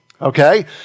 okay